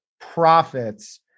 profits